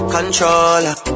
Controller